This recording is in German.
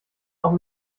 auch